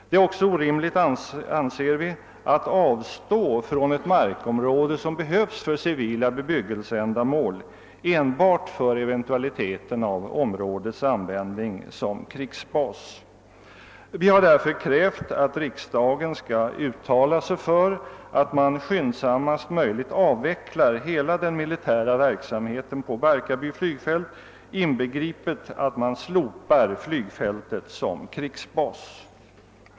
Det är även orimligt, anser vi, att avstå från ett markområde som behövs för civila bebyggelseändamål enbart för eventualiteten av områdets användning som krigsbas. Vi har därför krävt att riksdagen skall uttala sig för att man skyndsammast möjligt avvecklar hela den militära verksamheten på Barkarby flygfält, inbegripet att man slopar flygfältet som krigsbas.